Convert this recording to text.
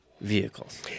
vehicles